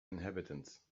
inhabitants